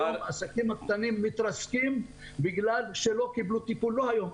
היום עסקים קטנים מתרסקים בגלל שלא קיבלו טיפול לא היום,